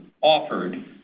offered